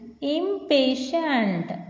Impatient